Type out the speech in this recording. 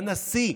והנשיא,